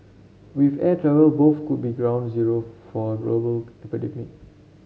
with air travel both could be ground zero for a global epidemic